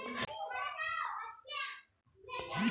तुम्हाला हेज फंडाची कामगिरी निरपेक्षपणे मोजावी लागेल